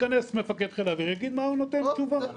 יתכנס מפקד חיל האוויר יגיד מה התשובה שהוא נותן.